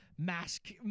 mask